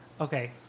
Okay